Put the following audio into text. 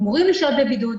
אמורים לשהות בבידוד.